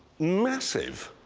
massive.